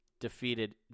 defeated